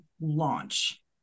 launch